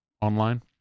online